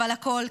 אבל הכול,